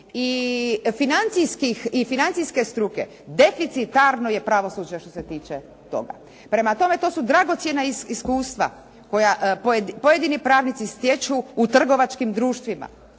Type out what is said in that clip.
i financijske struke deficitarno je pravosuđe što se tiče toga. Prema tome, to su dragocjena iskustva koja pojedini pravnici stječu u trgovačkim društvima.